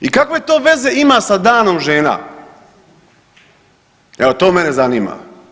I kakve to veze ima sa Danom žena, evo to mene zanima?